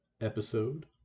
episode